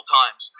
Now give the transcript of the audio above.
times